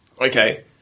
Okay